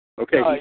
Okay